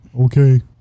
Okay